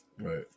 Right